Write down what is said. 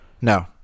No